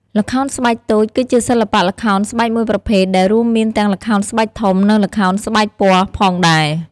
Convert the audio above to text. ល្ខោនស្បែកតូច គឺជាសិល្បៈល្ខោនស្បែកមួយប្រភេទ ដែលរួមមានទាំងល្ខោនស្បែកធំ និងល្ខោនស្បែកពណ៌ផងដែរ។